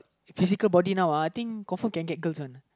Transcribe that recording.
physical body now uh I think confirm can get girl ones